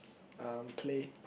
um play